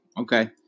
Okay